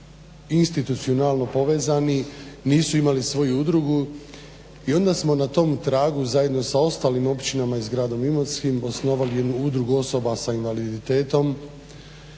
institucionalno povezani, nisu imali svoju udrugu i onda smo na tom tragu zajedno sa ostalim općinama i s Gradom Imotskim osnovali jednu udrugu osoba sa invaliditetom.